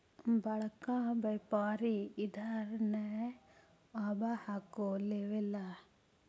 बड़का व्यापारि इधर नय आब हको लेबे ला?